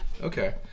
Okay